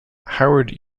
howard